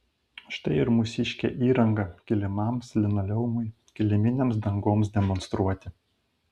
štai ir mūsiškė įranga kilimams linoleumui kiliminėms dangoms demonstruoti